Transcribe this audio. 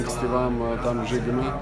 ankstyvam tam žaidime